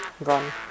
run